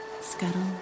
scuttle